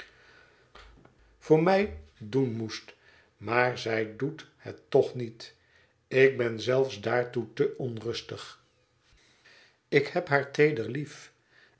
voor mij doen het verlaten huis moest maar zij doet het toch niet ik ben zelfs daartoe te onrustig ik heb haar teeder lief